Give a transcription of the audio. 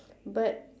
but